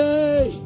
Hey